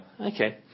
Okay